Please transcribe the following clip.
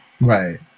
Right